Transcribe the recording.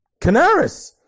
Canaris